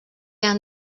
han